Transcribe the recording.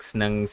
ng